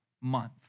month